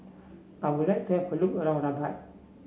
I would like to have a look around Rabat